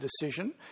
decision